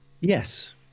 yes